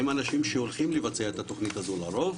הם האנשים שהולכים לבצע את התוכנית הזו לרוב,